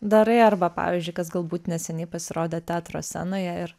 darai arba pavyzdžiui kas galbūt neseniai pasirodė teatro scenoje ir